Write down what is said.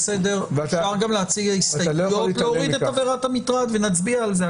אפשר גם להציע הסתייגויות להוריד את עבירת המטרד ונצביע על זה,